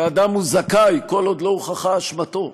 שאדם הוא זכאי כל עוד לא הוכחה אשמתו,